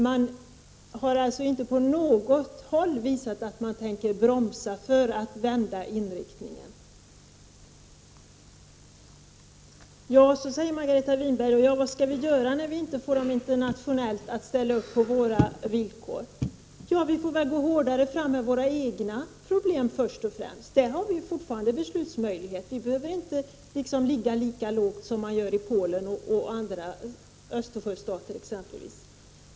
Man har alltså inte på något sätt visat att man tänker bromsa för att vända inriktningen. Margareta Winberg frågar: Vad skall vi göra när vi inte får internationellt gensvar för våra villkor? Vi får väl då gå hårdare fram med våra egna problem. Där har vi fortfarande beslutsmöjlighet. Vi behöver inte ligga lika lågt som man gör i Polen och andra Östersjöstater exempelvis.